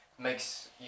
makes